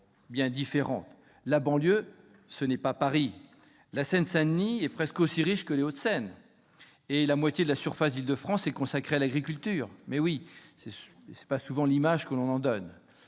bien différente : la banlieue n'est pas Paris, la Seine-Saint-Denis est presque aussi riche que les Hauts-de-Seine et la moitié de la surface de l'Île-de-France est consacrée à l'agriculture. On est loin de l'image que l'on donne